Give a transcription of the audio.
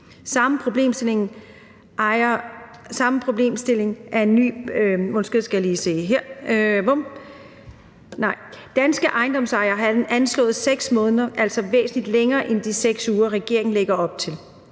Danske ejendomsejere havde anslået 6 måneder, altså væsentlig længere end de 6 uger, regeringen lægger op til.